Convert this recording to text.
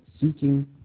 seeking